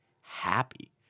happy